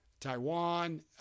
Taiwan